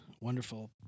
Wonderful